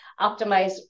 optimize